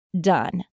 done